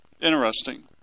interesting